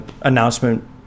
announcement